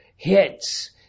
Hits